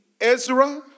Ezra